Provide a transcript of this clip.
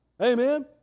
Amen